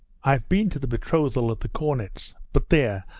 i've been to the betrothal at the cornet's. but there!